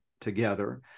together